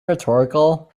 rhetorical